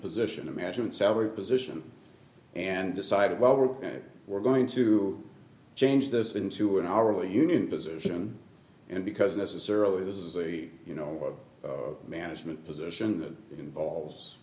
position imagine savard position and decided well we're going to we're going to change this into an hourly union position and because necessarily this is a you know management position that involves